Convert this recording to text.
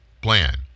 plan